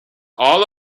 all